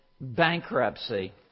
bankruptcy